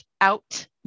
out